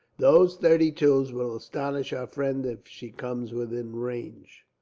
those thirty-twos will astonish our friend, if she comes within range.